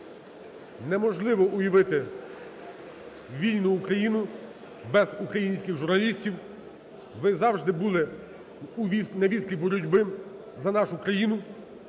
Неможливо уявити вільну Україну без українських журналістів. Ви завжди були на вістрі боротьби за нашу країну